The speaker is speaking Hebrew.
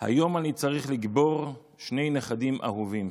היום אני צריך לקבור שני נכדים אהובים.